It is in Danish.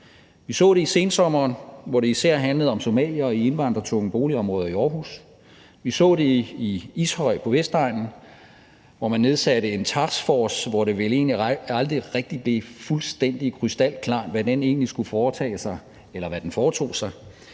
Vi så det i sensommeren, hvor det især handlede om somaliere i indvandrertunge boligområder i Aarhus. Vi så det i Ishøj på Vestegnen, hvor man nedsatte en taskforce, og det blev vel aldrig rigtig fuldstændig krystalklart, hvad den egentlig skulle foretage sig – eller hvad den foretog sig.